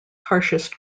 harshest